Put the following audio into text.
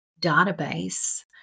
database